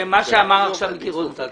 לדבריו של מיקי רוזנטל,